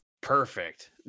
Perfect